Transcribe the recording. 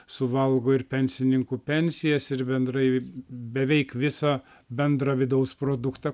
suvalgo ir pensininkų pensijas ir bendrai beveik visą bendrą vidaus produktą